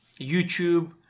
YouTube